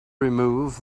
remove